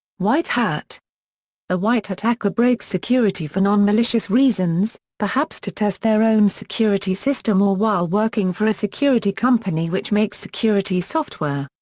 white hat a white hat hacker breaks security for non-malicious reasons, perhaps to test their own security system or while working for a security company which makes security software.